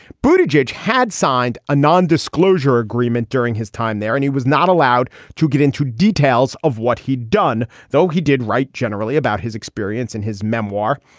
but judge had signed a non-disclosure agreement during his time there, and he was not allowed to get into details of what he'd done. though he did write generally about his experience in his memoir,